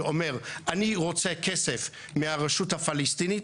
אומר: אני רוצה כסף מהרשות הפלסטינית,